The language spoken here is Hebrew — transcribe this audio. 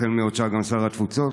והחל מעוד שעה גם שר התפוצות.